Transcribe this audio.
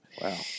Wow